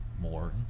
more